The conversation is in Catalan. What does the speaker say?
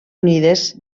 unides